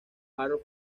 harrow